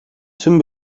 tüm